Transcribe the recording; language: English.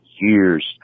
years